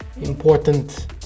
important